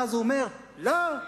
ואז הוא אומר: לא,